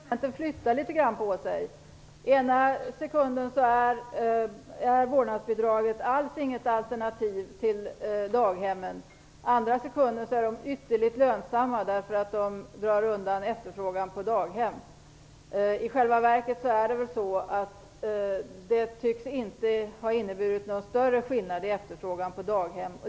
Fru talman! Jag tycker att argumenten flyttar litet grand på sig. Ena sekunden är vårdnadsbidraget alls inget alternativ till daghemmen. I den andra sekunden är de ytterligt lönsamma, eftersom de minskar efterfrågan på daghem. I själva verket tycks de inte ha inneburit någon större skillnad vad gäller efterfrågan på daghem.